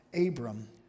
Abram